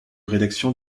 rédaction